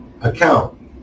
account